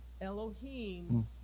Elohim